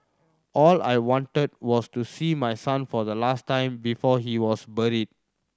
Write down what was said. all I wanted was to see my son for the last time before he was buried